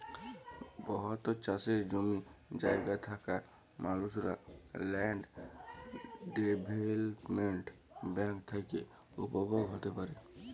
বহুত চাষের জমি জায়গা থ্যাকা মালুসলা ল্যান্ড ডেভেলপ্মেল্ট ব্যাংক থ্যাকে উপভোগ হ্যতে পারে